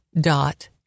dot